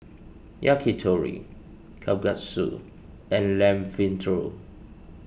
Yakitori Kalguksu and Lamb Vindaloo